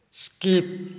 skip